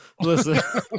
listen